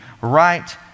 right